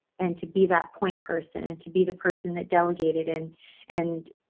and to be that point person and to be the person that delegated and and